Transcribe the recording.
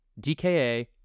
DKA